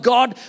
God